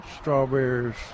strawberries